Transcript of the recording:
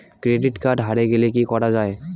Credit card হারে গেলে কি করা য়ায়?